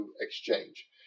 exchange